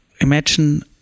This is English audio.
Imagine